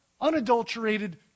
unadulterated